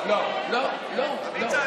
לא, לא, לא לא לא.